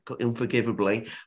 unforgivably